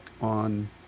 on